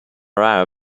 rao